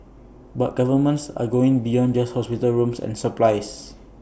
but governments are going beyond just hospital rooms and supplies